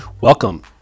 Welcome